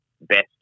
best